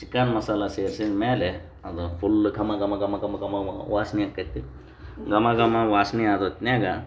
chicken ಮಸಾಲೆ ಸೇರ್ಸಿದ ಮೇಲೆ ಅದು ಫುಲ್ಲು ಘಮ ಘಮ ಘಮ ಘಮ ಘಮ ಮ ವಾಸನೆ ಆಕ್ಕೈತಿ ಘಮ ಘಮ ವಾಸನೆ ಆದೊತ್ನಾಗೆ